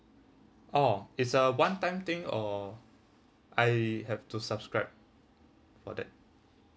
orh it's a one time thing or I have to subscribe for that